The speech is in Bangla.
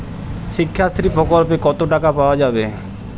শিক্ষাশ্রী প্রকল্পে কতো টাকা পাওয়া যাবে?